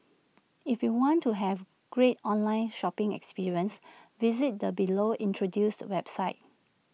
if you want to have great online shopping experiences visit the below introduced websites